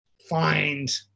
find